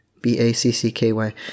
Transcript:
B-A-C-C-K-Y